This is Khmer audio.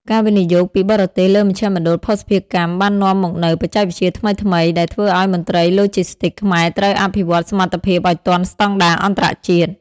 ការវិនិយោគពីបរទេសលើមជ្ឈមណ្ឌលភស្តុភារកម្មបាននាំមកនូវបច្ចេកវិទ្យាថ្មីៗ ដែលធ្វើឱ្យមន្ត្រីឡូជីស្ទីកខ្មែរត្រូវអភិវឌ្ឍសមត្ថភាពឱ្យទាន់ស្តង់ដារអន្តរជាតិ។